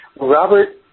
Robert